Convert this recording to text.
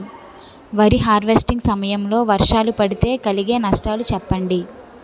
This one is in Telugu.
వరి హార్వెస్టింగ్ సమయం లో వర్షాలు పడితే కలిగే నష్టాలు చెప్పండి?